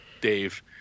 Dave